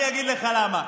אני אגיד לך למה,